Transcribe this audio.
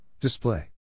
Display